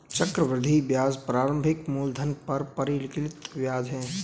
चक्रवृद्धि ब्याज प्रारंभिक मूलधन पर परिकलित ब्याज है